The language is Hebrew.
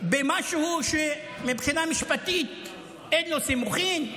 במשהו שמבחינה משפטית אין לו סימוכין?